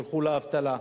ילכו לאבטלה,